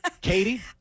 Katie